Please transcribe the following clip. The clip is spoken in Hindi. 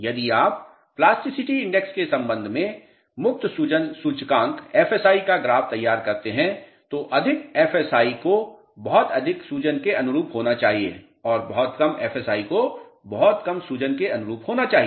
यदि आप प्लास्टिसिटी इंडेक्स के संबंध में मुक्त सूजन सूचकांक FSI का ग्राफ तैयार करते है तो अधिक एफएसआई को बहुत अधिक सूजन के अनुरूप होना चाहिए और बहुत कम एफएसआई को बहुत कम सूजन के अनुरूप होना चाहिए